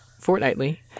fortnightly